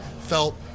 felt